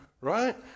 right